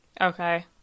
Okay